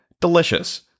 Delicious